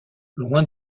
loin